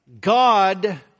God